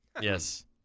Yes